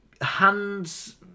hands